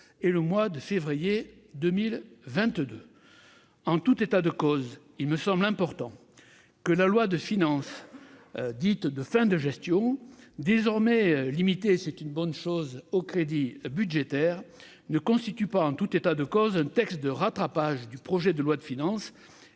le mois de février 2022.